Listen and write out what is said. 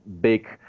big